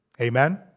Amen